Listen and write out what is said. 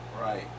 Right